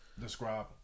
Describe